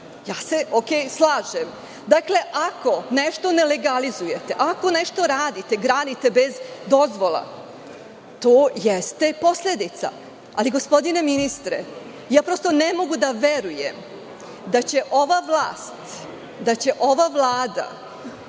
Ja se slažem. Ako nešto nelegalizujete, ako nešto radite, gradite bez dozvola, to jeste posledica. Ali, gospodine ministre, prosto ne mogu da verujem da će ova vlast, da će ova vlada